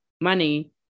money